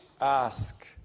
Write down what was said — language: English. ask